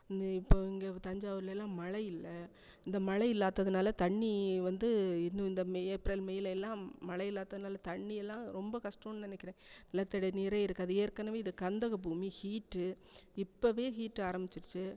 இந்த இப்போது இங்கே தஞ்சாவூர்லேலாம் மழை இல்லை இந்த மழை இல்லாததனால தண்ணி வந்து இன்னும் இந்த மே ஏப்ரல் மேலேலாம் மலை இல்லாததனால தண்ணியெல்லாம் ரொம்ப கஸ்டன்னு நினைக்கிறேன் நிலத்தடி நீரே இருக்காது ஏற்கனவே இது கந்தக பூமி ஹீட்டு இப்பவே ஹீட் ஆரம்பிச்சிடுச்சு